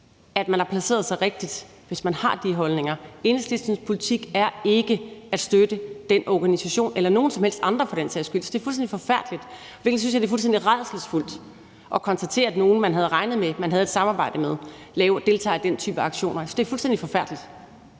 at man har placeret sig rigtigt, hvis man har de holdninger. Enhedslistens politik er ikke at støtte den organisation eller nogen som helst andre for den sags skyld, for det er fuldstændig forfærdeligt. I virkeligheden synes jeg, det er fuldstændig rædselsfuldt at konstatere, at nogle, man havde regnet med og havde et samarbejde med, deltager i den type aktioner. Jeg synes, det er fuldstændig forfærdeligt.